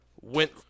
went